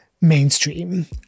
mainstream